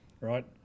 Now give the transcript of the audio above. right